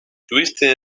twisting